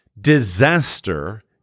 disaster